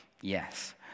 yes